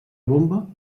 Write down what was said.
bomba